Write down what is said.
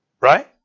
Right